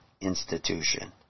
institution